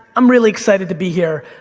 i'm really excited to be here.